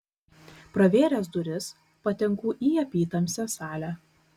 pravėręs duris patenku į apytamsę salę